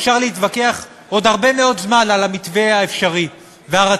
אפשר להתווכח עוד הרבה מאוד זמן על המתווה האפשרי והרצוי,